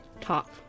talk